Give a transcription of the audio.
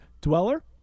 dweller